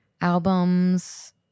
Albums